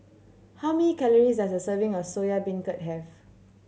how many calories does a serving of Soya Beancurd have